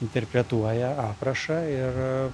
interpretuoja aprašą ir